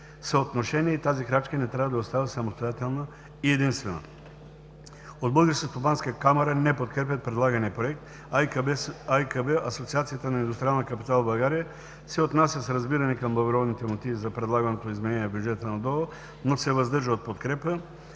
съотношенията и тази крачка не трябва да остава самостоятелна и единствена. От Българската стопанска камара не подкрепят предлагания проект, а и АИКБ – Асоциацията на индустриалния капитал в България, се отнася с разбиране към благородните мотиви за предлаганото изменение на бюджета на ДОО, но се въздържа от подкрепа.